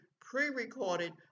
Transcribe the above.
pre-recorded